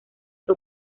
que